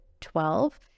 twelve